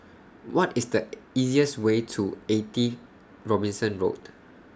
What IS The easiest Way to eighty Robinson Road